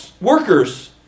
workers